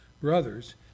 brothers